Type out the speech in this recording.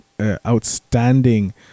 outstanding